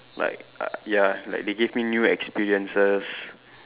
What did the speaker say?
like uh ya like they gave me new experiences